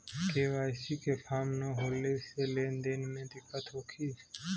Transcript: KYC के form न होले से लेन देन में दिक्कत होखी?